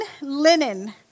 linen